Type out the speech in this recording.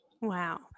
Wow